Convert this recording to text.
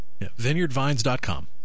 VineyardVines.com